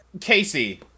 Casey